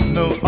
no